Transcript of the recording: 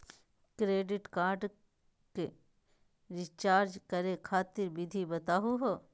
Credit card क recharge करै खातिर विधि बताहु हो?